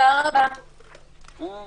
הישיבה